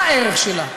הערך שלה,